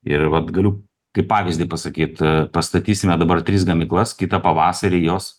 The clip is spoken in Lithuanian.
ir vat galiu kaip pavyzdį pasakyt pastatysime dabar tris gamyklas kitą pavasarį jos